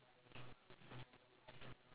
okay ya ya I know who you talking about ya